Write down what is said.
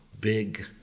big